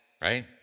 right